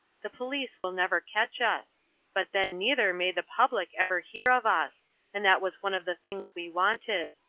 the police will never catch us but then neither may the public ever hear of us and that was one of the things we wanted.